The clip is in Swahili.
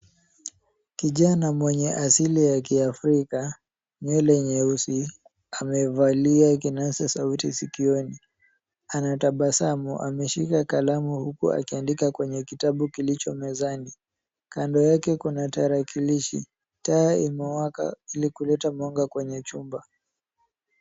Kijana mwenye asili ya kiafrika nywele nyeusi. Amevalia kinasasauti sikioni. Anatabasamu. Ameshika kalamu huku akiandika kwenye kitabu kilicho mezani. Kando yake kuna tarakilishi. Taa imewaka ili kuleta mwanga kwenye chumba.